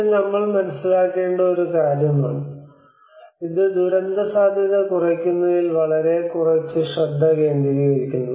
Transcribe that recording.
ഇത് നമ്മൾ മനസിലാക്കേണ്ട ഒരു കാര്യമാണ് ഇത് ദുരന്തസാധ്യത കുറയ്ക്കുന്നതിൽ വളരെ കുറച്ച് ശ്രദ്ധ കേന്ദ്രീകരിക്കുന്നു